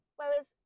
Whereas